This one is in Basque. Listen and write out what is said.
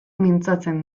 mintzatzen